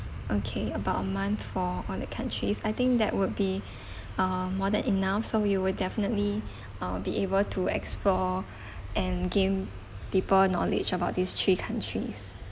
okay about a month for all the countries I think that would be err more than enough so you would definitely uh be able to explore and gain deeper knowledge about these three countries